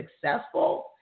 successful